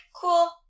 cool